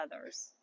others